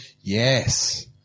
Yes